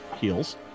Heals